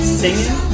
singing